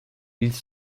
ils